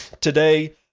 Today